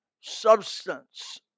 substance